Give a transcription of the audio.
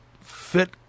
fit